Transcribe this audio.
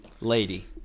lady